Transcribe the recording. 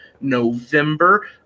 November